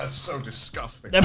ah so disgusting.